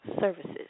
Services